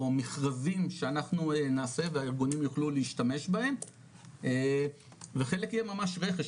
או מכרזים שאנחנו נעשה והארגונים יוכלו להשתמש בהם וחלק יהיה ממש רכש,